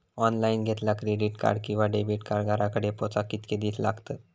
Online घेतला credit card किंवा debit card घराकडे पोचाक कितके दिस लागतत?